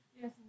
Yes